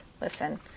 Listen